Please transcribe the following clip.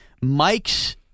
Mike's